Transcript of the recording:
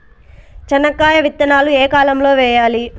చెనక్కాయ విత్తనాలు ఏ కాలం లో వేయాలి?